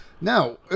now